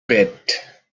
bit